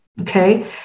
Okay